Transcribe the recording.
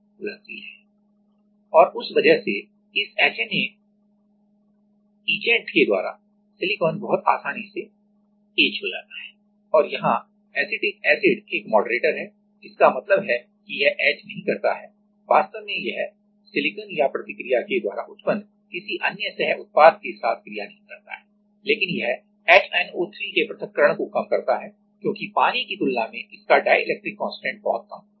और उस वजह से इस एचएनए HNA etchant के द्वारा सिलिकॉन बहुत आसानी से etch हो जाता है और यहां एसिटिक एसिड एक मॉडरेटरmoderator है इसका मतलब है कि यह etch नहीं करता है वास्तव में यह सिलिकॉन या प्रतिक्रिया के द्वारा उत्पन्न किसी अन्य सहउत्पाद के साथ क्रिया नहीं करता है लेकिन यह HNO3 के पृथक्करण को कम करता है क्योंकि पानी की तुलना में इसका डाइलेक्ट्रिक कांस्टेंट बहुत कम होता है